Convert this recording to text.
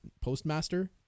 Postmaster